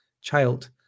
child